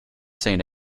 saint